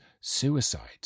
Suicide